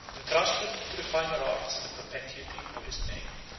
intrusted to the finer arts the perpetuity of his name.